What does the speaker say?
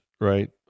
right